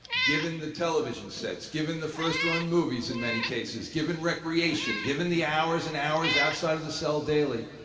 given the television sets, given the first run movies in many cases, given recreation, given the hours and hours outside of the cell daily,